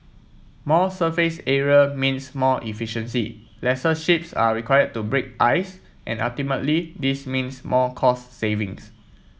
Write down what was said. more surface area means more efficiency lesser ships are required to break ice and ultimately this means more cost savings